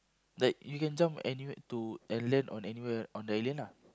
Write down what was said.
like you can jump anywhere to and land on anywhere on the island ah